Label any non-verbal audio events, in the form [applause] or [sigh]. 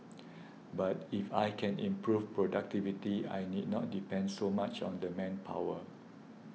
[noise] but if I can improve productivity I need not depend so much on the manpower